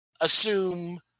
assume